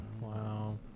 Wow